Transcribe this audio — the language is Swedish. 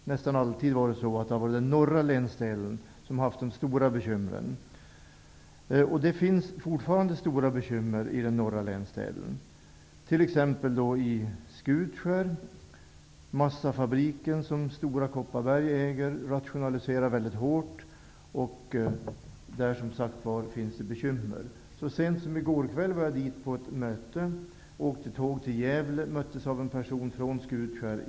Nästan alltid har det varit den norra länsdelen som haft de stora bekymren. Det finns fortfarande stora bekymmer i den norra länsdelen, t.ex. i Skutskär. Massafabriken som Stora Kopparberg äger rationaliserar väldigt hårt. Där finns det, som sagt var, bekymmer. Så sent som i går kväll var jag där på ett möte. Jag åkte tåg till Gävle och möttes där av en person från Skutskär.